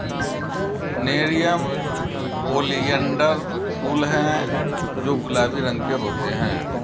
nerium oleander फूल हैं जो गुलाबी रंग के होते हैं